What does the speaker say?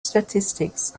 statistics